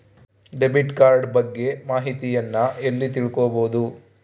Debit card ಬಗ್ಗೆ ಮಾಹಿತಿಯನ್ನ ಎಲ್ಲಿ ತಿಳ್ಕೊಬೇಕು?